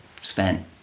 spent